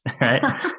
Right